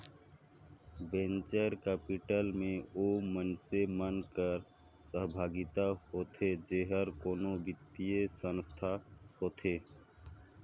venture capital में ओ मइनसे मन कर सहभागिता होथे जेहर कोनो बित्तीय संस्था होथे